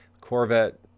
Corvette